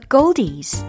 Goldies